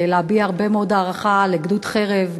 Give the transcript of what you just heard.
ולהביע הרבה מאוד הערכה לגדוד חרב,